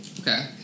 Okay